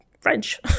French